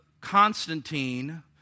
Constantine